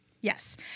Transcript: Yes